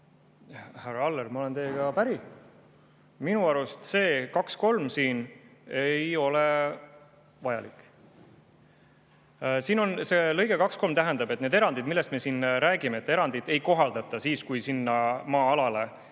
Härra Aller, ma olen teiega päri. Minu arust see 23ei ole siin vajalik. See lõige 23tähendab, et neid erandeid, millest me siin räägime, ei kohaldata siis, kui sinna maa-alale,